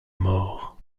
mort